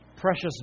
Precious